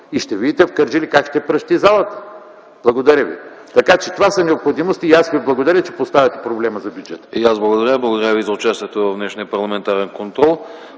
и ще видите в Кърджали как ще пращи залата. Благодаря ви. Това са необходимости и аз ви благодаря, че поставяте проблема за бюджета.